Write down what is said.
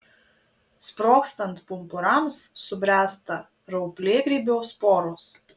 sprogstant pumpurams subręsta rauplėgrybio sporos